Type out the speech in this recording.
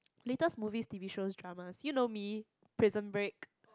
latest movies T_V shows dramas you know me Prison Break